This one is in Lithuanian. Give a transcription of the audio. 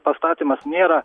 pastatymas nėra